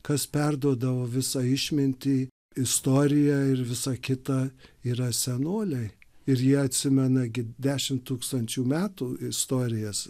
kas perduodavo visą išmintį istoriją ir visa kita yra senoliai ir jie atsimena dešim tūkstančių metų istorijas